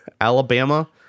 Alabama